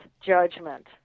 judgment